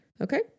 Okay